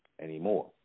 anymore